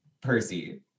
Percy